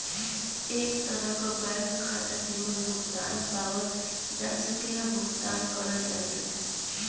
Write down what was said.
एक तरे क बैंक खाता जेमन भुगतान पावल जा सके या भुगतान करल जा सके